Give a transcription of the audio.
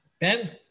Ben